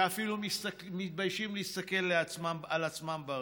שאפילו מתביישים להסתכל על עצמם בראי,